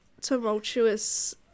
tumultuous